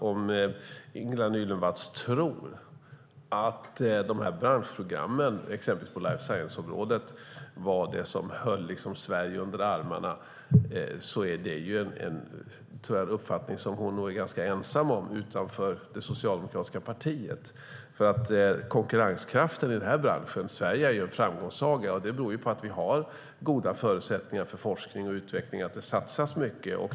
Om Ingela Nylund Watz tror att det var branschprogrammen, exempelvis på life science-området, som höll Sverige under armarna är det en uppfattning som hon nog är ganska ensam om utanför det socialdemokratiska partiet. Sverige är ju en framgångssaga. Det beror på att vi har goda förutsättningar för forskning och utveckling och att det satsas mycket.